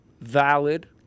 valid